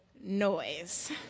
noise